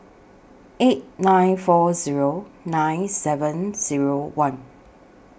eight nine four Zero nine seven Zero one